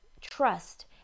trust